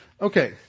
Okay